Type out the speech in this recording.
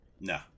No